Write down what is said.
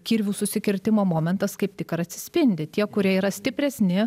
kirvių susikirtimo momentas kaip tik ir atsispindi tie kurie yra stipresni